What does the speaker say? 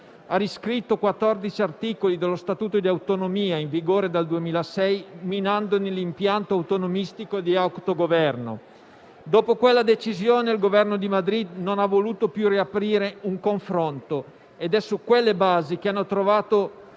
ha riscritto 14 articoli dello Statuto di autonomia, in vigore dal 2006, minandone l'impianto autonomistico di autogoverno. Dopo quella decisione, il Governo di Madrid non ha voluto più riaprire un confronto ed è su quelle basi che hanno trovato